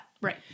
right